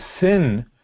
sin